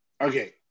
Okay